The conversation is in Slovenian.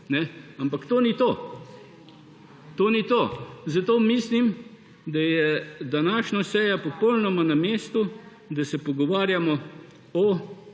ampak to ni to. Zato mislim, da je današnja seja popolnoma na mestu, da se pogovarjamo o